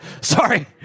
Sorry